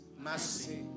Mercy